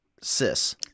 sis